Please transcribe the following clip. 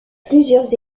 plusieurs